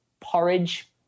porridge